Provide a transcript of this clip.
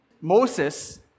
Moses